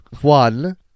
one